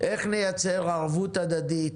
איך נייצר ערבות הדדית,